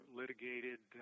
litigated